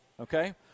Okay